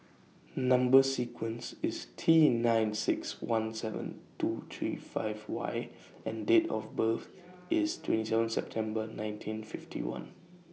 Number sequence IS T nine six one seven two three five Y and Date of birth IS twenty seven September nineteen fifty one